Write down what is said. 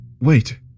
Wait